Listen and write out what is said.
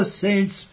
saints